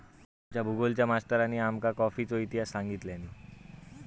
आमच्या भुगोलच्या मास्तरानी आमका कॉफीचो इतिहास सांगितल्यानी